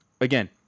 again